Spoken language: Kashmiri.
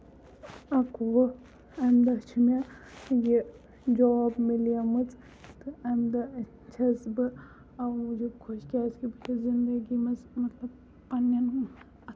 اَکوُہ اَمہِ دۄہ چھُ مےٚ یہِ جاب مِلے مٕژ تہٕ اَمہِ دۄہ چھَس بہٕ اَوٕ موٗجوٗب خۄش کیازِ کہِ بہٕ چھَس زِندگی منٛز مطلب پَنٕنین